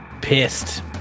pissed